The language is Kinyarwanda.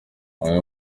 bamwe